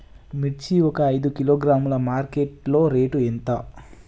మిర్చి ఒక ఐదు కిలోగ్రాముల మార్కెట్ లో రేటు ఎంత?